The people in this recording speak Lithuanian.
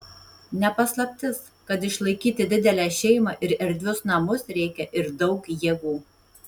ne paslaptis kad išlaikyti didelę šeimą ir erdvius namus reikia ir daug jėgų